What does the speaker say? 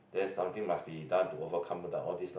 then something must be done to overcome the all this lah